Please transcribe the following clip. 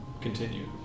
Continue